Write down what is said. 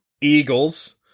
Eagles